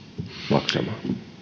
maksamaan